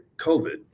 COVID